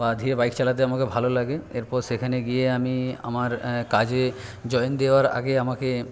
বা ধীরে বাইক চালাতে আমাকে ভালোলাগে এরপর সেখানে গিয়ে আমি আমার কাজে জয়েন দেওয়ার আগে আমাকে